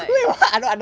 so like